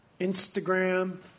Instagram